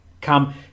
come